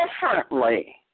differently